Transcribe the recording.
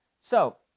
so,